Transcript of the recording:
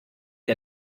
der